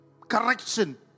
correction